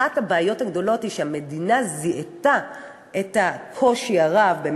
אחת הבעיות הגדולות שהמדינה זיהתה היא הקושי הרב של